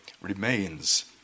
remains